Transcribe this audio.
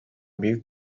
büyük